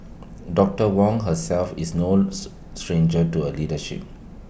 doctor Wong herself is knows stranger to A leadership